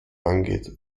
angeht